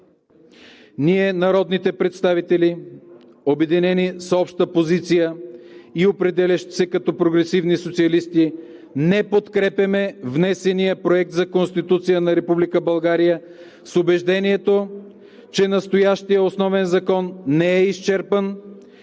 Ние, народните представители, обединени с обща позиция и определящи се като прогресивни социалисти, не подкрепяме внесения проект за Конституция на Република България с убеждението, че настоящият Основен закон не е изчерпан,